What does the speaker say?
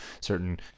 certain